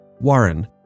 Warren